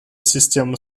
система